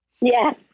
Yes